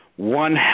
One